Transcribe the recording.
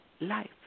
life